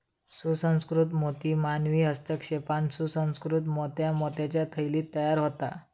सुसंस्कृत मोती मानवी हस्तक्षेपान सुसंकृत मोत्या मोत्याच्या थैलीत तयार होता